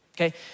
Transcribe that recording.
Okay